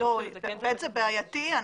זה בעייתי.